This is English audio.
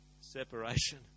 Separation